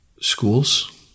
schools